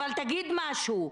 אבל תגיד משהו.